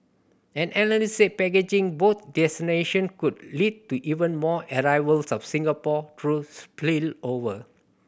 an analyst said packaging both destination could lead to even more arrivals for Singapore through spillover